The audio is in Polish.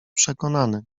przekonany